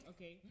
Okay